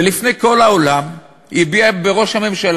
ולפני כל העולם היא הביעה בראש הממשלה